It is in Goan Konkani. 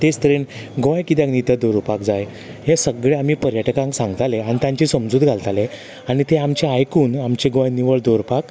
तेंच तरेन गोंय कित्याक नितळ दवरुपाक जाय हें सगळें आमी पर्यटकांक सांगताले आनी तांचेर समजूत घालताले आनी ते आमचें आयकून आमचें गोंय निवळ दवरपाक